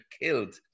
killed